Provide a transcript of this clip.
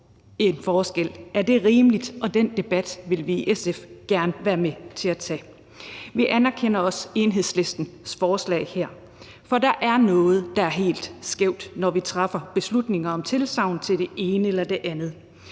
Er det rimeligt? Den debat vil vi i SF gerne være med til at tage. Vi anerkender også Enhedslistens forslag her, for der er noget, der er helt skævt, når vi træffer beslutninger om tilsagn til det ene eller det andet.